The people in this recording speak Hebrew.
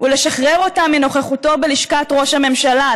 "ולשחרר אותם מנוכחותו בלשכת ראש הממשלה".